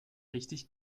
richtig